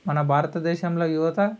మన భారతదేశంలో యువత